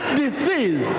disease